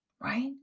right